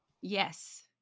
Yes